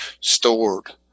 stored